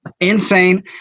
insane